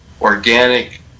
organic